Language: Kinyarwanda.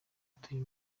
atuye